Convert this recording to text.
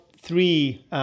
three